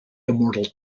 immortal